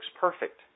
perfect